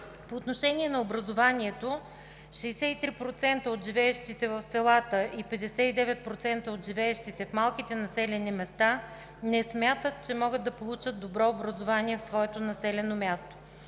По отношение на образованието 63% от живеещите в селата и 59% от живеещите в малките населени места не смятат, че могат да получат добро образование в своето населено място.